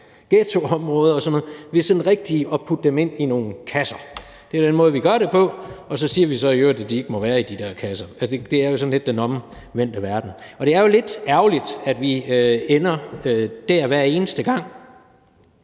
ghettoområder ved sådan rigtig at putte dem ind i nogle kasser. Det er jo den måde, vi gør det på, og så siger vi i øvrigt, at de ikke må være i de der kasser. Altså, det er jo sådan lidt den omvendte verden. Det er jo lidt ærgerligt, at vi ender der hver eneste gang.